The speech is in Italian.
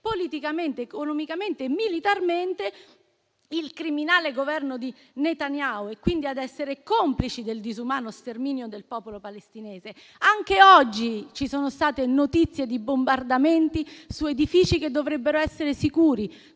politicamente, economicamente e militarmente il criminale Governo di Netanyahu e, quindi, ad essere complice del disumano sterminio del popolo palestinese. Anche oggi ci sono state notizie di bombardamenti su edifici che dovrebbero essere sicuri